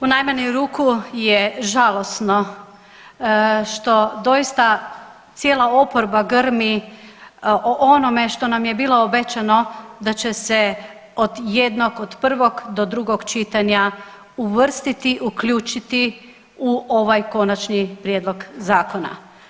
U najmanju ruku je žalosno što doista cijela oporba grmi o onome što nam je bilo obećano da će se od jednog od prvog do drugog čitanja uvrstiti, uključiti u ovaj konačni prijedlog zakona.